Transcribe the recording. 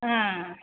हां